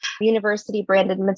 university-branded